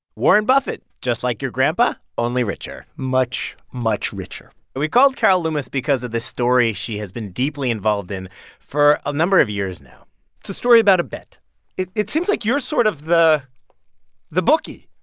warren buffett just like your grandpa, only richer much, much richer and we called carol loomis because of this story she has been deeply involved in for a number of years now it's a story about a bet it it seems like you're sort of the the bookie